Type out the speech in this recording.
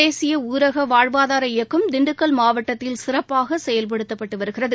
தேசிய ஊரக வாழ்வாதார இயக்கம் திண்டுக்கல் மாவட்டத்தில் சிறப்பாக செயல்படுத்தப்பட்டு வருகிறது